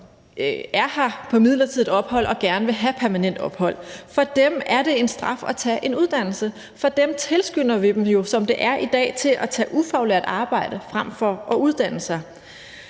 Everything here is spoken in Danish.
som er her på midlertidigt ophold og gerne vil have permanent ophold. For dem er det en straf at tage en uddannelse, for dem tilskynder vi jo, sådan som det er i dag, til at tage ufaglært arbejde frem for at uddanne sig.